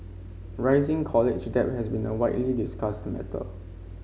rising college debt has been a widely discussed matter